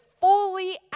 fully